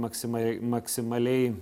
maksimaliai maksimaliai